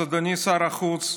אז אדוני שר החוץ,